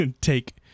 take